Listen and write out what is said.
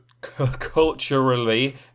culturally